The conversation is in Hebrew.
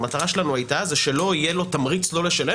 המטרה שלנו הייתה שלא יהיה לו תמריץ לא לשלם